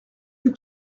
que